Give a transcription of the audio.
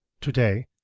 Today